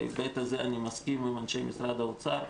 בהיבט הזה אני מסכים עם אנשי משרד האוצר.